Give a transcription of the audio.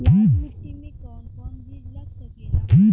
लाल मिट्टी में कौन कौन बीज लग सकेला?